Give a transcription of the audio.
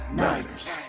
niners